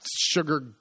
sugar